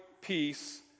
peace